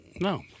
No